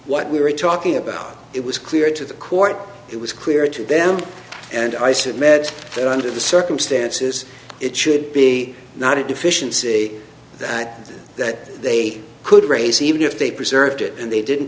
what we were talking about it was clear to the court it was clear to them and i submit that under the circumstances it should be not a deficiency that that they could raise even if they preserved it and they didn't